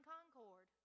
Concord